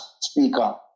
speaker